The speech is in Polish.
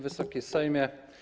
Wysoki Sejmie!